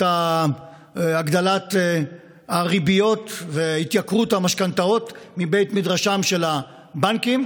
את הגדלת הריביות והתייקרות המשכנתאות מבית מדרשם של הבנקים,